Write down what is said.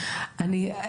אני,